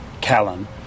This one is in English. Callan